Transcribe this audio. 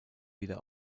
wieder